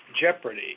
jeopardy